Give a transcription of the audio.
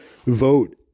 vote